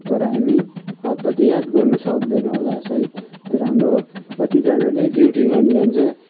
तर हामी हत्तपत्त याद गर्नु सक्दैनौँ होला सायद तर हाम्रो कतिजानाले ड्युटि गर्नु जान्छ